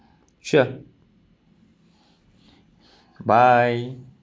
sure bye